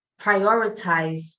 prioritize